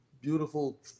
beautiful